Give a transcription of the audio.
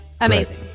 Amazing